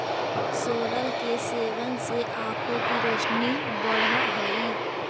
सोरल के सेवन से आंखों की रोशनी बढ़अ हई